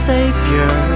Savior